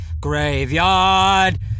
Graveyard